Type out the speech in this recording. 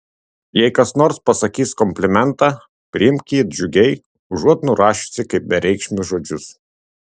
jei kas nors pasakys komplimentą priimk jį džiugiai užuot nurašiusi kaip bereikšmius žodžius